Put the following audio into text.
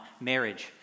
marriage